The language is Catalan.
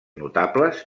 notables